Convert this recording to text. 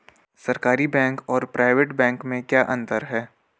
सरकारी बैंक और private bank में क्या क्या अंतर हैं?